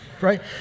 right